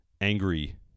angry